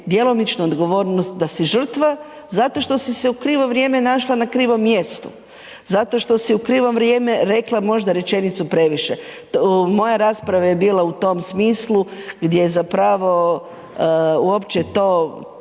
djelomična odgovornost da si žrtva zato što si se u krivo vrijeme našla na krivom mjestu, zato što si u krivo vrijeme rekla možda rečenicu previše. Moja rasprava je bila u tom smislu gdje zapravo uopće to